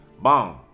Bomb